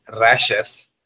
rashes